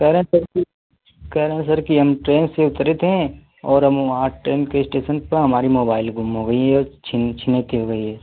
कहे रहे सर कि कहे रहे सर कि हम ट्रेन से उतरे थे और हम वहाँ ट्रेन के इस्टेसन पर हमारी मोबाइल गुम हो गई है और छिन छिनौती हो गई है